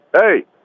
Hey